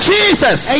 Jesus